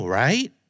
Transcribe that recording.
right